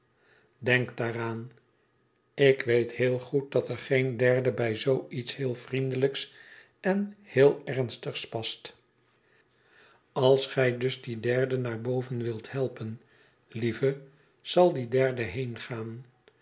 denk daaraan ik weet heel goed dat er geen derde bij zoo iets heel vriendelijks en heel ernstigs past als gij dus die derde naar boven wilt helpen lieve zal die derde heengaan